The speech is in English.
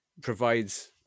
provides